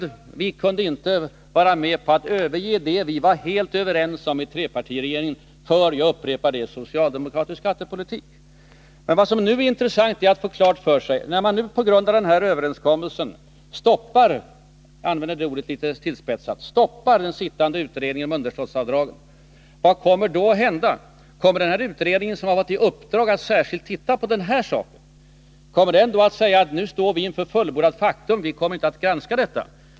Men vi moderater kunde inte vara med om att till förmån för — jag upprepar det — socialdemokratisk skattepolitik överge det vi varit helt överens om i trepartiregeringen. Men vad som nu är intressant är att få klart för sig följande: När man nu på grund av den här överenskommelsen stoppar — jag använder det ordet litet tillspetsat — den sittande utredningen om underskottsavdragen, vad kommer då att hända? Kommer den utredningen, som har fått i uppdrag att särskilt se om den här saken, att göra gällande att den nu inför fullbordat faktum inte kommer att granska den frågan?